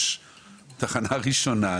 יש תחנה ראשונה,